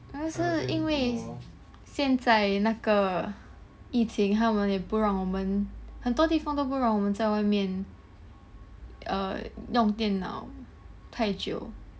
但是因为现在那个疫情他们也不让我们很多地方都不让我们在外面 err 用电脑太久